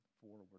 forward